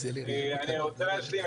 רוצה להשלים,